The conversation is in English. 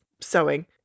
sewing